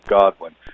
Godwin